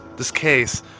this case,